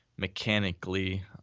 mechanically